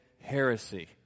heresy